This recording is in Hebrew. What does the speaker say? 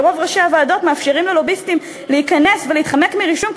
ורוב ראשי הוועדות מאפשרים ללוביסטים להיכנס ולהתחמק מרישום,